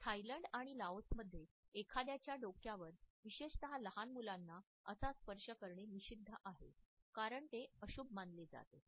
Thailand आणि लाओसमध्ये एखाद्याच्या डोक्यावर विशेषत लहान मुलांना असा स्पर्श करणे निषिद्ध आहे कारण ते अशुभ मानले जाते